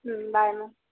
ಹ್ಞೂ bye ma'am